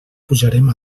pujarem